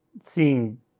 seeing